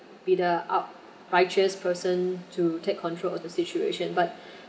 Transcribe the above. be the up righteous person to take control of the situation but